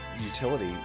utility